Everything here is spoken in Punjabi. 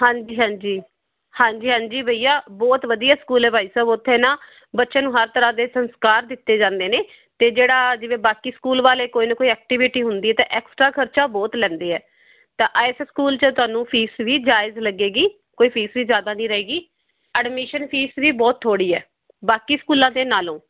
ਹਾਂਜੀ ਹਾਂਜੀ ਹਾਂਜੀ ਹਾਂਜੀ ਭਈਆ ਬਹੁਤ ਵਧੀਆ ਸਕੂਲ ਹੈ ਬਾਈ ਸਾਹਿਬ ਉੱਥੇ ਨਾ ਬੱਚਿਆਂ ਨੂੰ ਹਰ ਤਰ੍ਹਾਂ ਦੇ ਸੰਸਕਾਰ ਦਿੱਤੇ ਜਾਂਦੇ ਨੇ ਅਤੇ ਜਿਹੜਾ ਜਿਵੇਂ ਬਾਕੀ ਸਕੂਲ ਵਾਲੇ ਕੋਈ ਨਾ ਕੋਈ ਐਕਟੀਵਿਟੀ ਹੁੰਦੀ ਹੈ ਤਾਂ ਐਕਸਟਰਾ ਖਰਚਾ ਬਹੁਤ ਲੈਂਦੇ ਹੈ ਤਾਂ ਐਸ ਸਕੂਲ 'ਚ ਤੁਹਾਨੂੰ ਫੀਸ ਵੀ ਜਾਇਜ਼ ਲੱਗੇਗੀ ਕੋਈ ਫੀਸ ਵੀ ਜਿਆਦਾ ਨਹੀਂ ਰਹੇਗੀ ਅਡਮਿਸ਼ਨ ਫੀਸ ਵੀ ਬਹੁਤ ਥੋੜ੍ਹੀ ਹੈ ਬਾਕੀ ਸਕੂਲਾਂ ਦੇ ਨਾਲੋਂ